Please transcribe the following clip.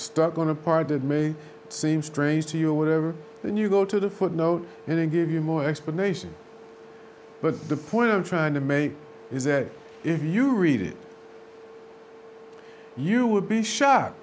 stuck on a pardon may seem strange to you or whatever then you go to the footnote and give you more explanation but the point i'm trying to make is that if you read it you would be shocked